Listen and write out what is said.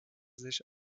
sich